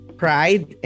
pride